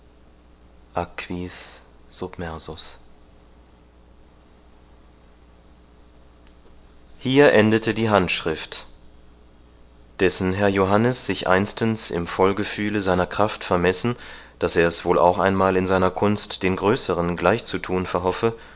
aquis submersus hier endete die handschrift dessen herr johannes sich einstens im vollgefühl seiner kraft vermessen daß er's wohl auch einmal in seiner kunst den größeren gleichzutun verhoffe